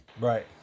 Right